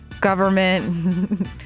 government